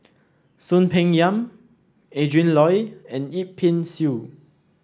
Soon Peng Yam Adrin Loi and Yip Pin Xiu